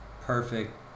perfect